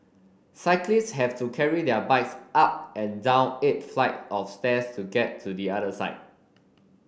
cyclists have to carry their bikes up and down eight flight of stairs to get to the other side